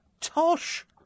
Tosh